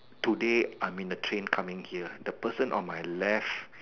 today I'm in a train coming here the person on my left